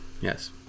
yes